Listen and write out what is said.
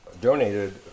Donated